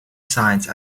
science